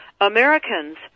Americans